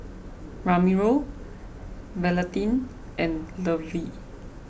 Ramiro Valentin and Levy